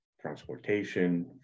transportation